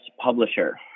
publisher